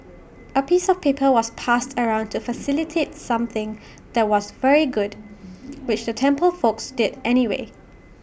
A piece of paper was passed around to facilitate something that was very good which the temple folks did anyway